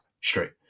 straight